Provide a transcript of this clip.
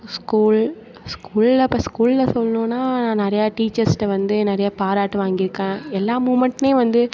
school ஸ்கூலில் அப்போ ஸ்கூலில் சொல்லணுனா நிறையா டீச்சர்ஸ்கிட்ட வந்து நிறையா பாராட்டு வாங்கியிருக்கேன் எல்லா மூமெண்ட்டுமே வந்து